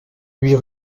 huit